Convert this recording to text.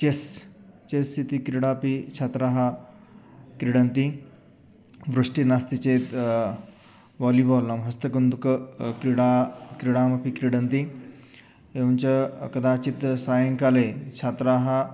chess chess इति क्रीडा अपि छात्राः क्रीडन्ति वृष्टिः नास्ति चेत् वालिबोल् नाम हस्तकन्दुकं क्रीडा क्रीडामपि क्रीडन्ति एवं च कदाचित् सायङ्काले छात्राः